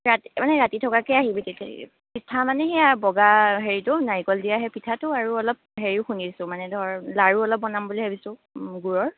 ৰাতি মানে ৰাতি থকাকৈয়ে আহিবি পিঠা মানে সেয়া বগা হেৰিটো নাৰিকল দিয়া সেই পিঠাটো আৰু অলপ হেৰিও খুন্দিছোঁ মানে ধৰ লাড়ু অলপ বনাম বুলি ভাবিছোঁ গুৰৰ